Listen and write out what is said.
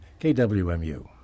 KWMU